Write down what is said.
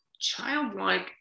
childlike